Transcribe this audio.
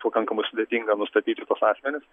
pakankamai sudėtinga nustatyti tuos asmenis